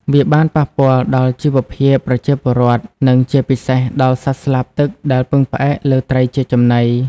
វាបានប៉ះពាល់ផ្ទាល់ដល់ជីវភាពប្រជាពលរដ្ឋ និងជាពិសេសដល់សត្វស្លាបទឹកដែលពឹងផ្អែកលើត្រីជាចំណី។